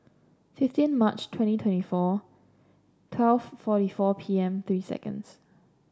fifteen March twenty twenty four twelve forty four P M three seconds